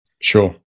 Sure